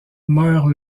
meurt